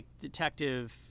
detective